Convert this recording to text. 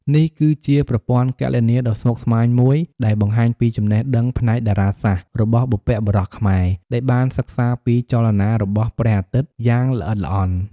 នេះគឺជាប្រព័ន្ធគណនាដ៏ស្មុគស្មាញមួយដែលបង្ហាញពីចំណេះដឹងផ្នែកតារាសាស្ត្ររបស់បុព្វបុរសខ្មែរ ដែលបានសិក្សាពីចលនារបស់ព្រះអាទិត្យយ៉ាងល្អិតល្អន់។